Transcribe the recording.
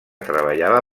treballava